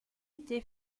été